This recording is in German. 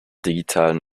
digitalen